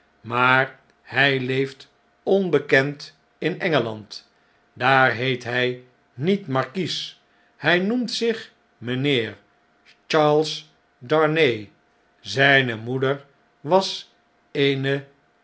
maar hp leeft onbekendin engeland daar heet hh niet markies hij noemt zich mjjnheer charles darnay zijne moeder was eene